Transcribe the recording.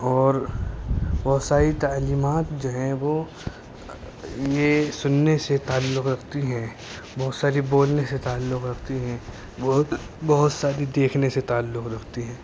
اور بہت ساری تعلیمات جو ہیں وہ یہ سننے سے تعلق رکھتی ہیں بہت ساری بولنے سے تعلق رکھتی ہیں بہت بہت ساری دیکھنے سے تعلق رکھتی ہیں